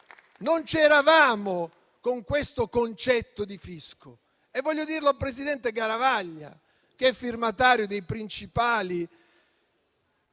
non c'eravamo con questo concetto di fisco. E voglio dirlo al presidente Garavaglia, che è firmatario dei principali